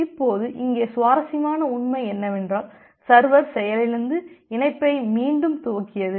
இப்போது இங்கே சுவாரஸ்யமான உண்மை என்னவென்றால் சர்வர் செயலிழந்து இணைப்பை மீண்டும் துவக்கியது